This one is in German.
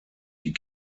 die